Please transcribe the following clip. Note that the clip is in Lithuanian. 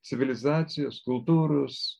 civilizacijos kultūros